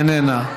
איננה,